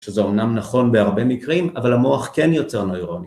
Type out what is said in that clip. שזה אומנם נכון בהרבה מקרים, אבל המוח כן יוצר נוירונים